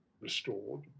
restored